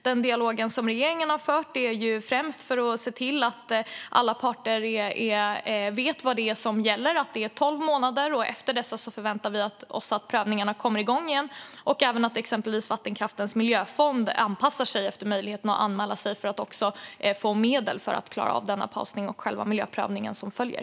Den dialog som regeringen har fört handlar främst om att se till att alla parter vet vad det är som gäller, nämligen att det är tolv månader och att vi efter dessa väntar oss att prövningarna ska komma igång igen och att även till exempel Vattenkraftens Miljöfond ska anpassa sig till möjligheten att anmäla sig för att få medel att klara av pausningen och den miljöprövning som följer.